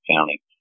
County